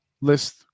list